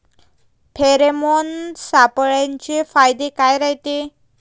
Pheromone सापळ्याचे फायदे काय रायते?